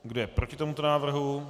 Kdo je proti tomuto návrhu?